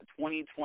2020